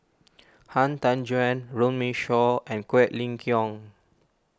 Han Tan Juan Runme Shaw and Quek Ling Kiong